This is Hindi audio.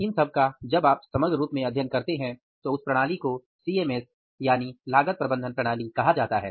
इन सब का जब आप समग्र रूप में अध्ययन करते हैं तो उस प्रणाली को सीएमएस या लागत प्रबंधन प्रणाली कहा जाता है